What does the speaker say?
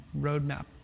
roadmap